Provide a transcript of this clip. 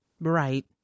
Right